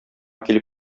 килеп